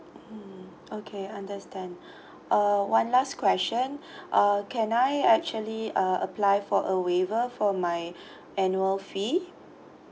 mm okay I understand uh one last question uh can I actually uh apply for a waiver for my annual fee